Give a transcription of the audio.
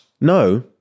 no